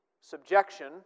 Subjection